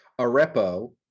Arepo